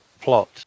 plot